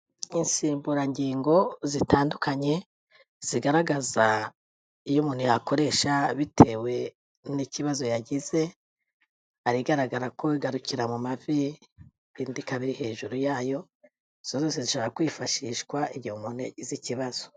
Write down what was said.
Insimburangingo zitandukanye zigaragaza iyo umuntu yakoresha bitewe n'ikibazo yagize, hari igaragara ko igarukira mu mavi indi ikaba iri hejuru yayo, izo zose zishobora kwifashishwa igihe umuntu yagize ikibazo.